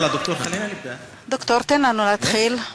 דוקטור, תן לנו להתחיל.